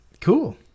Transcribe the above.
Cool